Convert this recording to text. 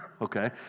okay